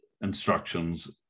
instructions